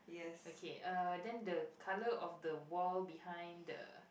okay uh then the colour of the wall behind the